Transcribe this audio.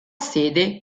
sede